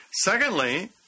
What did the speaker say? Secondly